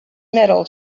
metal